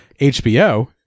hbo